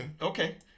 okay